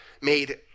made